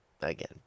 again